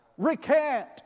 Recant